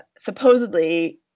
supposedly